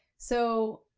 so,